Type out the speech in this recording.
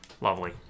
Lovely